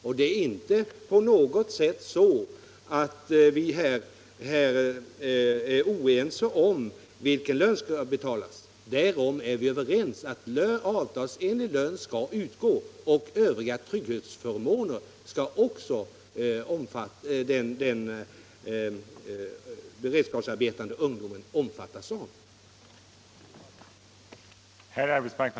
Vi är ju inte på något sätt oense om vilken lön som skall betalas, utan vi är överens om att avtalsenlig lön skall utgå, och övriga trygghetsförmåner skall den beredskapsarbetande ungdomen också omfattas av.